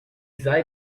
sei